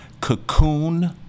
Cocoon